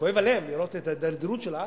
וכואב הלב לראות את ההידרדרות שלה,